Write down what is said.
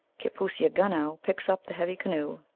kitpooseagunow picks up the heavy canoe,